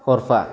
हरफा